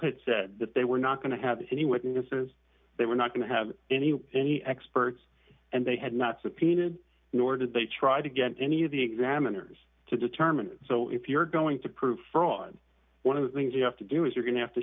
had said that they were not going to have any witnesses they were not going to have any any experts and they had not subpoenaed nor did they try to get any of the examiners to determine so if you're going to prove fraud one of the things you have to do is you're going to have to